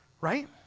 right